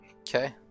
Okay